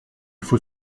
faut